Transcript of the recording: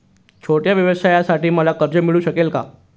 छोट्या व्यवसायासाठी मला कर्ज मिळू शकेल का?